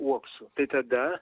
uoksų tai tada